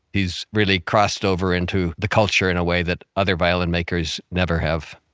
he's really crossed over into the culture in a way that other violin makers never have